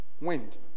wind